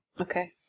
Okay